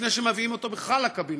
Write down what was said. לפני שמביאים אותו בכלל לקבינט?